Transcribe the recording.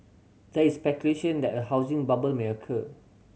there is speculation that a housing bubble may occur